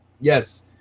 Yes